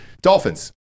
Dolphins